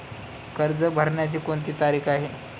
कर्ज भरण्याची कोणती तारीख आहे?